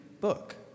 book